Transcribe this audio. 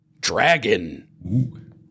Dragon